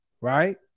Right